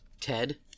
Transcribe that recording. Ted